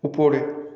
উপরে